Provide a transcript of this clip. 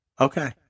Okay